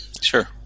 sure